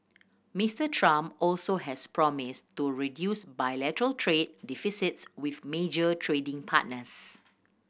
Mister Trump also has promise to reduce bilateral trade deficits with major trading partners